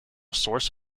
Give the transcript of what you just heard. source